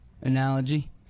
analogy